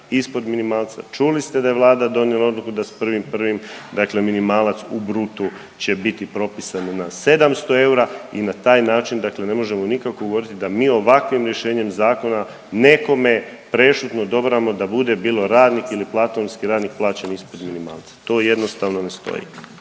ispod minimalca, čuli ste da je vlada donijela odluku da s 1.1. dakle minimalac u brutu će biti propisan na 700 eura i na taj način dakle ne možemo nikako govorit da mi ovakvim rješenjem zakona nekome prešutno odobravamo da bude bilo radnik ili platformski radnik plaćen ispod minimalca, to jednostavno ne stoji.